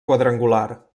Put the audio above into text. quadrangular